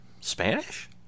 spanish